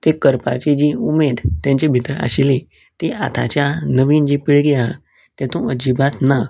तें करपाची जी उमेद तेंचे भितर आशिल्ली ती आताच्या नवीन जी पिळगी आहा तेतूंत अजिबात ना